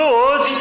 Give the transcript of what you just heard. Lord